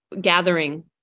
gathering